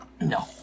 no